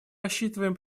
рассчитываем